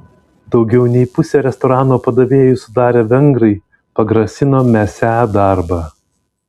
daugiau nei pusę restorano padavėjų sudarę vengrai pagrasino mesią darbą